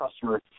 customer